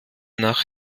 nach